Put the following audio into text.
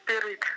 Spirit